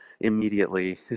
immediately